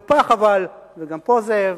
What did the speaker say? וגם פה זאב,